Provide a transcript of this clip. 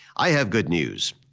i have good news.